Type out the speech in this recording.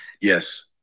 Yes